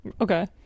Okay